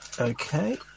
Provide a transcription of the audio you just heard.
Okay